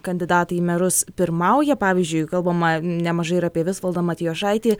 kandidatai į merus pirmauja pavyzdžiui kalbama nemažai ir apie visvaldą matijošaitį